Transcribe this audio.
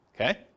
Okay